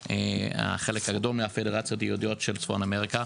החלק הגדול בעיקר מהפדרציות היהודיות של צפון אמריקה.